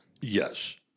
Yes